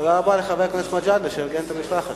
תודה רבה לחבר הכנסת מג'אדלה, שארגן את המשלחת.